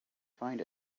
find